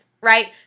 right